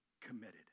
committed